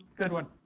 good one.